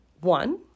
one